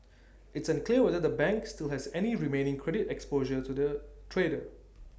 it's unclear whether the bank still has any remaining credit exposure to the trader